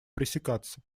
пресекаться